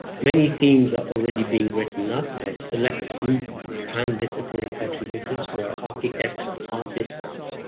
many themes are already being written up by a select group of pan-disciplinary contributors, who are architects, artists,